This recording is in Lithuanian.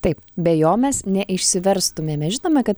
taip be jo mes neišsiverstumėme žinome kad